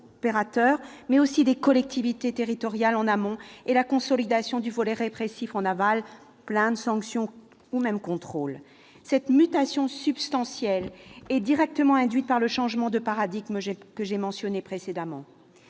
mais aussi des collectivités territoriales, en amont, et la consolidation du volet répressif, en aval : plaintes, contrôles et sanctions. Cette mutation substantielle est directement induite par le changement de paradigme que j'ai précédemment